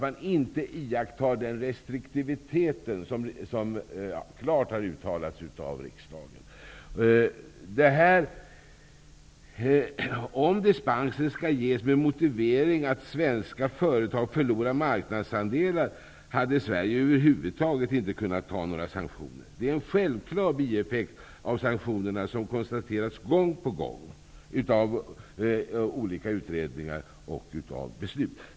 Regeringen iakttar inte den restriktivitet som klart har uttalats av riksdagen. Om dispenser skall ges med motiveringen att svenska företag har förlorat marknadsandelar, hade Sverige över huvud taget inte kunnat ha några sanktioner. Det är en självklar bieffekt av sanktionerna, som har konstaterats gång på gång av olika utredningar och i samband med beslut.